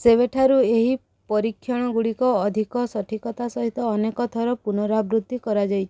ସେବେଠାରୁ ଏହି ପରୀକ୍ଷଣଗୁଡ଼ିକ ଅଧିକ ସଠିକତା ସହିତ ଅନେକ ଥର ପୁନରାବୃତ୍ତି କରାଯାଇଛି